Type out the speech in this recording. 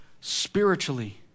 spiritually